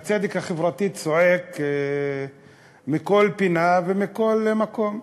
הצדק החברתי צועק מכל פינה ומכל מקום.